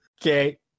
Okay